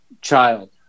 child